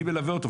מי מלווה אותו?